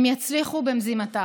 הם יצליחו במזימתם.